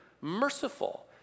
merciful